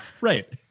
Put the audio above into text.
Right